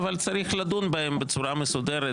אבל צריך לדון בהם בצורה מסודרת,